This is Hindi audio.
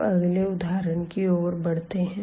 अब अगले उदाहरण की ओर बढ़ते है